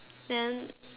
then